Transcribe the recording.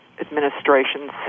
Administration